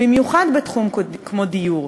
במיוחד בתחום כמו דיור.